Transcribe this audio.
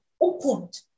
opened